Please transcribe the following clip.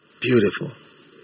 Beautiful